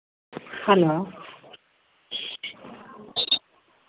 hello